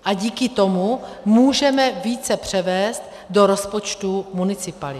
A díky tomu můžeme více převést do rozpočtu municipalit.